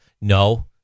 No